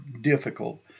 difficult